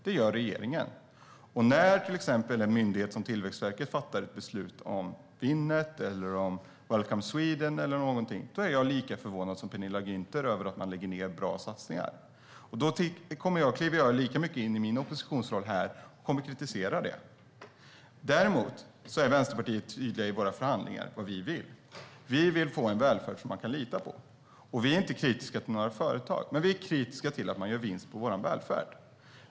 Det gör regeringen, och när till exempel en myndighet som Tillväxtverket fattar ett beslut om Winnet eller Welcome Sweden är jag lika förvånad som Penilla Gunther över att man lägger ned bra satsningar. Då kliver jag lika mycket som hon in i min oppositionsroll här och kommer att kritisera det. Däremot är vi i Vänsterpartiet tydliga med vad vi vill i våra förhandlingar. Vi vill få en välfärd som man kan lita på. Vi är inte kritiska till några företag, men vi är kritiska till att man gör vinst på vår välfärd.